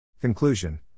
Conclusion